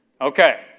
okay